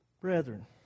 Brethren